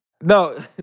No